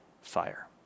fire